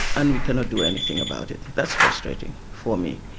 and we cannot do anything about it. that's frustrating for me.